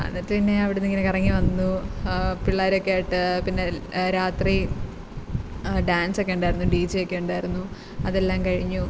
എന്നിട്ട് പിന്നെ അവിടെ നിന്ന് ഇങ്ങനെ കറങ്ങി വന്നു പിള്ളേരൊക്കെ ആയിട്ട് പിന്നെ രാത്രി ഡാൻസൊക്കെ ഉണ്ടായിരുന്നു ഡിജെ ഒക്കെ ഉണ്ടായിരുന്നു അതെല്ലാം കഴിഞ്ഞു